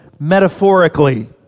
metaphorically